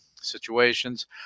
situations